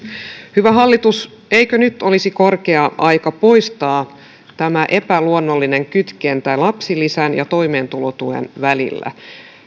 hyvä hallitus eikö nyt olisi korkea aika poistaa tämä epäluonnollinen kytkentä lapsilisän ja toimeentulotuen välillä